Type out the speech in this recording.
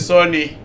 Sony